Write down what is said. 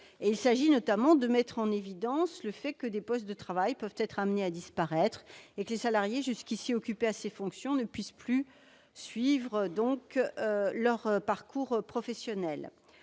Il s'agit, notamment, de mettre en évidence le fait que des postes de travail puissent être amenés à disparaître et que les salariés jusqu'ici occupés à ces fonctions ne pourront plus suivre leur parcours professionnel.